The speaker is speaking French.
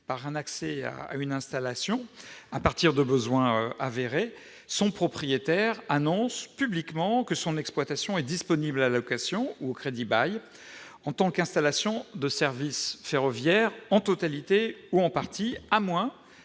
par l'accès à une installation en fonction de besoins avérés, son propriétaire annonce publiquement que son exploitation est disponible à la location ou au crédit-bail en tant qu'installation de service ferroviaire, en totalité ou en partie, à moins